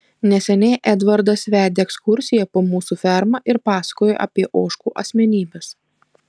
neseniai edvardas vedė ekskursiją po mūsų fermą ir pasakojo apie ožkų asmenybes